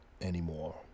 anymore